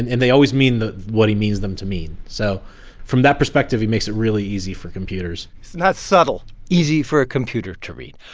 and and they always mean what he means them to mean. so from that perspective, he makes it really easy for computers not subtle easy for a computer to read,